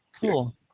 cool